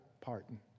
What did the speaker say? pardon